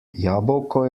jabolko